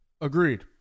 Agreed